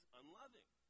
unloving